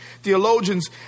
theologians